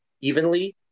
evenly